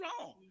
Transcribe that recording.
wrong